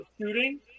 shooting